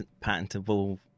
patentable